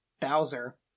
Bowser